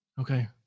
Okay